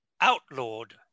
outlawed